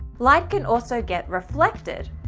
light can also get reflected.